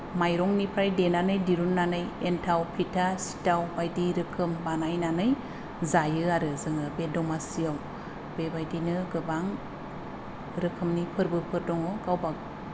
माइरंनिफ्राय देनानै दिरुन्नानै एन्थाव फिथा सिथाव बायदि रोखोम बानायनानै जायो आरो जोङो बे दमासियाव बेबायदिनो गोबां रोखोमनि फोरबोफोर दङ गावबा